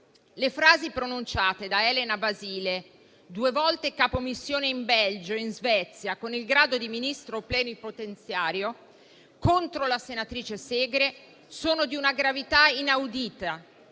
Le frasi pronunciate da Elena Basile, due volte capo missione in Belgio e in Svezia con il grado di ministro plenipotenziario, contro la senatrice Segre sono di una gravità inaudita,